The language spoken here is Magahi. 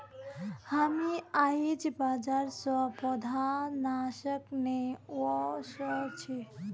हामी आईझ बाजार स पौधनाशक ने व स छि